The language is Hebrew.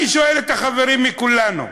אני שואל את החברים מכולנו: